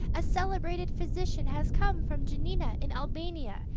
a celebrated physician has come from janina in albania.